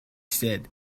said